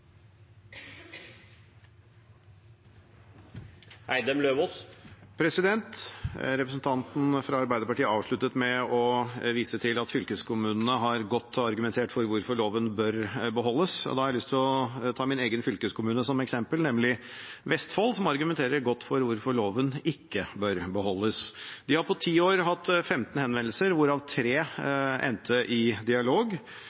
Representanten fra Arbeiderpartiet avsluttet med å vise til at fylkeskommunene har argumentert godt for hvorfor loven bør beholdes. Da har jeg lyst til å ta min egen fylkeskommune som eksempel, nemlig Vestfold, som argumenterer godt for hvorfor loven ikke bør beholdes. De har på ti år hatt 15 henvendelser, hvorav tre endte i dialog.